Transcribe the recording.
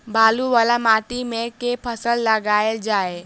बालू वला माटि मे केँ फसल लगाएल जाए?